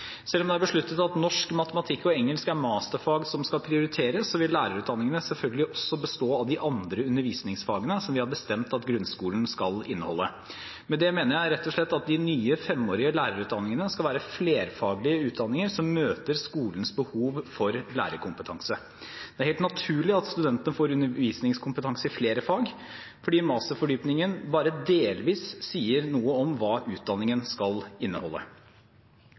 Selv om det er besluttet at norsk, matematikk og engelsk er masterfag som skal prioriteres, så vil lærerutdanningene selvfølgelig også bestå av de andre undervisningsfagene som vi har bestemt at grunnskolen skal inneholde. Med det mener jeg rett og slett at de nye femårige lærerutdanningene skal være flerfaglige utdanninger som møter skolens behov for lærerkompetanse. Det er helt naturlig at studentene får undervisningskompetanse i flere fag, fordi masterfordypningen bare delvis sier noe om hva utdanningen skal inneholde.